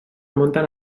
montan